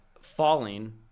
falling